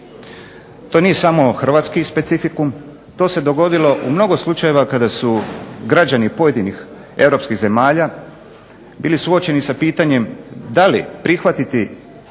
To nije samo hrvatski specifikum, to se dogodilo u mnogo slučajeva kada su građani pojedinih europskih zemalja bili suočeni sa pitanjem da li prihvatiti